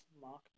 Mark